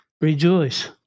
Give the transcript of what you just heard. Rejoice